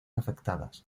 afectadas